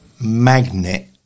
magnet